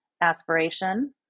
aspiration